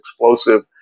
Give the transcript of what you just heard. explosive